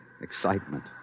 excitement